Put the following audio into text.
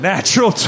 Natural